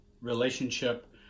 relationship